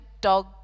dog